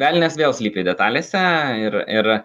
velnias vėl slypi detalėse ir ir